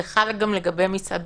זה חל גם לגבי מסעדות?